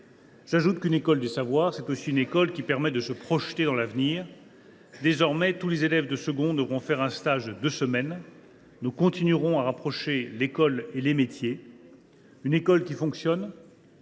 J’ajoute qu’une école des savoirs est aussi une école qui permet de se projeter dans l’avenir. Désormais, tous les élèves de seconde devront faire un stage de deux semaines. Nous continuerons à rapprocher l’école et les métiers. « Une école qui fonctionne